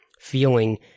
feeling